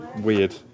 weird